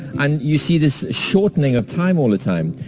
and, you see this shortening of time all the time.